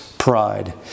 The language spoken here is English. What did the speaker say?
pride